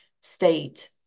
state